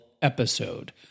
episode